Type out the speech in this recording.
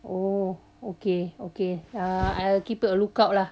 oh okay okay ya I'll keep a lookout lah